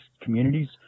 communities